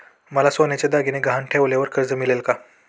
मला सोन्याचे दागिने गहाण ठेवल्यावर कर्ज मिळेल का?